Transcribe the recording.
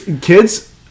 kids